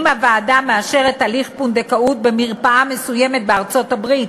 אם הוועדה מאשרת הליך פונדקאות במרפאה מסוימת בארצות-הברית,